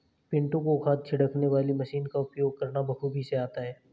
पिंटू को खाद छिड़कने वाली मशीन का उपयोग करना बेखूबी से आता है